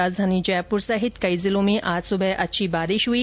राजधानी जयपुर सहित कई जिलों में आज सुबह अच्छी बारिश हुई